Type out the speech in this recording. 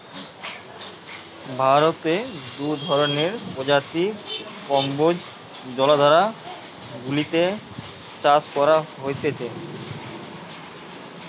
ভারতে দু ধরণের প্রজাতির কম্বোজ জলাধার গুলাতে চাষ করা হতিছে